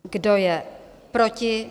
Kdo je proti?